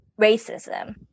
racism